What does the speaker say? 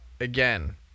again